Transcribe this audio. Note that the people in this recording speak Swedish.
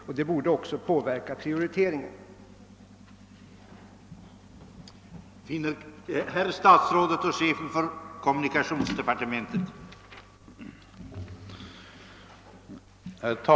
Detta borde också påverka prioriteringen av denna investering.